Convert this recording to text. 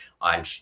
on